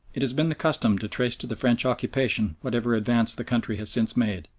it has been the custom to trace to the french occupation whatever advance the country has since made.